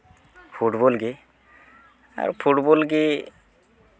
football ᱜᱤ ᱟᱨ football ᱜᱤ